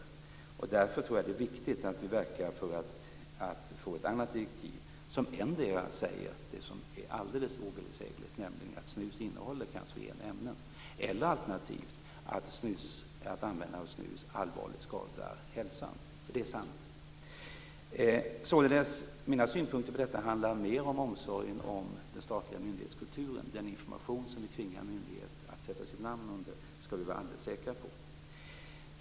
Därför tror jag att det är viktigt att vi verkar för att få ett annat direktiv, som endera säger det som är alldeles ovedersägligt, nämligen att snus innehåller cancerogena ämnen, eller alternativt att användande av snus allvarligt skadar hälsan, för det är sant. Mina synpunkter på detta handlar således snarast om omsorgen om den statliga myndighetskulturen. Den information som vi tvingar myndigheter att sätta sitt namn under skall vi vara alldeles säkra på.